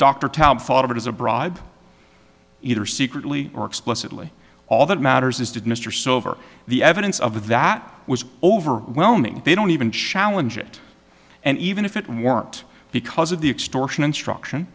bribe either secretly or explicitly all that matters is did mr silver the evidence of that was overwhelming they don't even challenge it and even if it weren't because of the extortion instruction